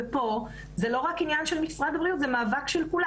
ופה זה לא רק עניין של משרד הבריאות - זה מאבק של כולם.